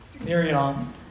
Miriam